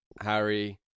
Harry